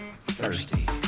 Thirsty